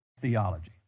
theology